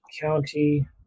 County